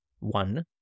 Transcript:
One